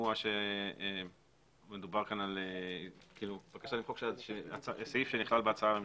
תמוה שמדובר פה בסעיף שנכלל בהצעה הממשלתית.